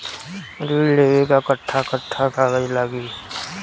ऋण लेवेला कट्ठा कट्ठा कागज लागी?